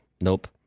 nope